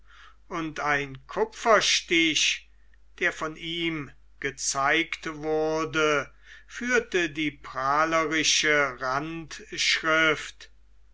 und ein kupferstich der von ihm gezeigt wurde führte die prahlerische